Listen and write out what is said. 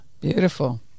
beautiful